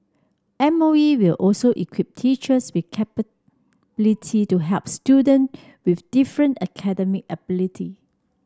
M O E will also equip teachers with capabilities to help student with different academic ability